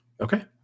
Okay